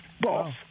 Boss